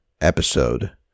episode